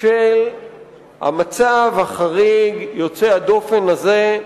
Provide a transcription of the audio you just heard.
של המצב החריג, יוצא הדופן הזה,